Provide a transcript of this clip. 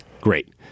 Great